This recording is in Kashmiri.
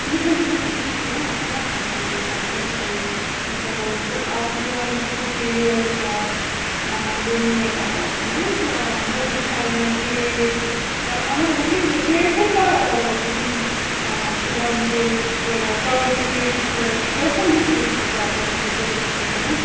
مِٹھٲے وِٹھٲے تہِ چھِ أسۍ کٕنان أسۍ چھِ ہر کانٛہہ چیٖز کٕنان مِٹھٲے اکھ چھِو تُہۍ وَنن کُکیٖز بیٚیہِ یِمَے بٲگِرخانہِ کیک الگ الگ کیک چھِ اَسہِ واریاہ الگ الگ قِسٕم پٕلم کیکٕس چھِ چاکلیٹ کیکٕس چھِ تُہۍ کٔمۍ ہی کیکٕس چھِ زیادٕ مطلب ضُروٗرت وٕنکٮ۪نس